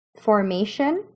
formation